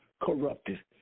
corrupted